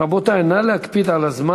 רבותי, נא להקפיד על הזמן.